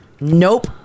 Nope